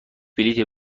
بلیطی